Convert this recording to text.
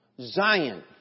Zion